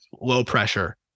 low-pressure